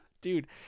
dude